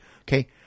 okay